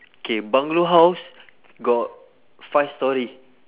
K bungalow house got five storey